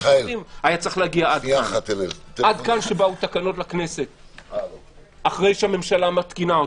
עד כאן שבאו תקנות לכנסת אחרי שהממשלה מתקינה אותן.